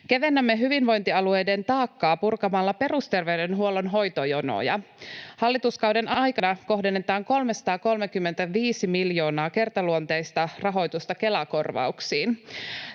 Kevennämme hyvinvointialueiden taakkaa purkamalla perusterveydenhuollon hoitojonoja. Hallituskauden aikana kohdennetaan 335 miljoonaa kertaluonteista rahoitusta Kela-korvauksiin.